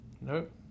Nope